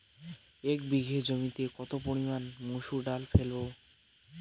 এক বিঘে জমিতে কত পরিমান মুসুর ডাল ফেলবো?